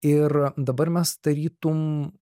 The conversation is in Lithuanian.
ir dabar mes tarytum